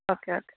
okay okay